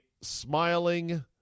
smiling